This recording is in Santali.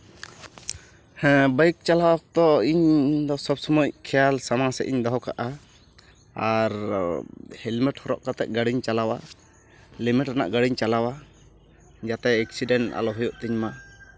ᱦᱮᱸ ᱵᱟᱭᱤᱠ ᱪᱟᱞᱟᱣ ᱫᱚ ᱤᱧ ᱥᱚᱵ ᱥᱚᱢᱚᱭ ᱠᱷᱮᱭᱟᱞ ᱥᱟᱢᱟᱝ ᱥᱮᱫ ᱤᱧ ᱫᱚᱦᱚ ᱠᱟᱜᱼᱟ ᱟᱨ ᱦᱮᱞᱢᱮᱴ ᱦᱚᱨᱚᱜ ᱠᱟᱛᱮᱫ ᱜᱟᱹᱰᱤᱧ ᱪᱟᱞᱟᱣᱟ ᱞᱤᱢᱤᱴ ᱨᱮᱭᱟᱜ ᱜᱟᱹᱰᱤᱧ ᱪᱟᱞᱟᱣᱟ ᱡᱟᱛᱮ ᱮᱠᱥᱤᱰᱮᱱᱴ ᱟᱞᱚ ᱦᱩᱭᱩᱜ ᱛᱤᱧᱢᱟ